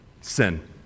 sin